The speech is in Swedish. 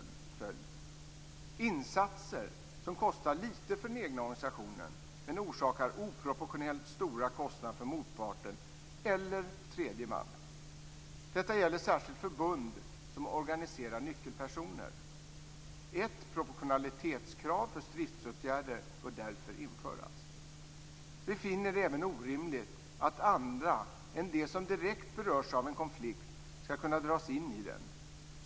Det är fråga om insatser som kostar lite för den egna organisationen men orsakar oproportionellt stora kostnader för motparten eller tredje man. Detta gäller särskilt förbund som organiserar nyckelpersoner. Ett proportionalitetskrav för stridsåtgärder bör därför införas. Vi finner det även orimligt att andra än de som direkt berörs av en konflikt skall kunna dras in i den.